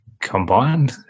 combined